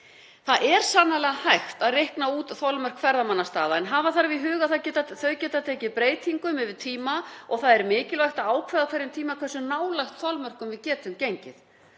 Það er sannarlega hægt að reikna út þolmörk ferðamannastaða en hafa þarf í huga að þau geta tekið breytingum yfir tíma og það er mikilvægt að ákveða á hverjum tíma hversu nálægt þolmörkum við getum gengið.